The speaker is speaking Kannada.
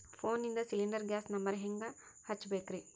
ಫೋನಿಂದ ಸಿಲಿಂಡರ್ ಗ್ಯಾಸ್ ನಂಬರ್ ಹೆಂಗ್ ಹಚ್ಚ ಬೇಕ್ರಿ?